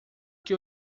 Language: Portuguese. que